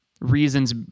reasons